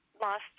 lost